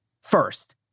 First